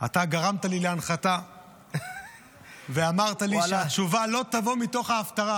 אתה הרמת לי להנחתה ואמרת לי שהתשובה לא תבוא מתוך ההפטרה,